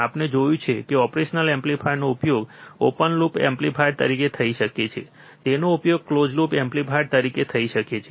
આપણે જોયું છે કે ઓપરેશનલ એમ્પ્લીફાયરનો ઉપયોગ ઓપન લૂપ એમ્પ્લીફાયર તરીકે થઈ શકે છે તેનો ઉપયોગ કલોઝ લૂપ એમ્પ્લીફાયર તરીકે થઈ શકે છે